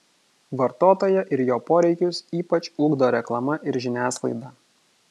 vartotoją ir jo poreikius ypač ugdo reklama ir žiniasklaida